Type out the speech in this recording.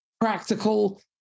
practical